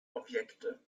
objekte